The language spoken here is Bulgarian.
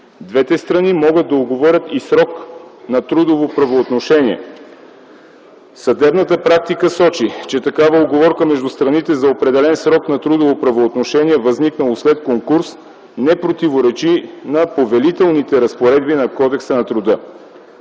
Двете страни могат да уговорят и срок на трудово правоотношение. Съдебната практика сочи, че такава уговорка между страните за определен срок на трудово правоотношение, възникнало след конкурс, не противоречи на повелителните разпоредби на Кодекса на труда.